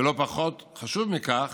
ולא פחות חשוב מכך,